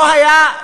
לא היה,